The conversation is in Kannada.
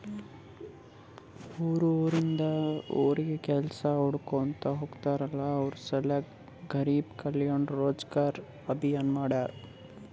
ಯಾರು ಉರಿಂದ್ ಉರಿಗ್ ಕೆಲ್ಸಾ ಹುಡ್ಕೋತಾ ಹೋಗ್ತಾರಲ್ಲ ಅವ್ರ ಸಲ್ಯಾಕೆ ಗರಿಬ್ ಕಲ್ಯಾಣ ರೋಜಗಾರ್ ಅಭಿಯಾನ್ ಮಾಡ್ಯಾರ್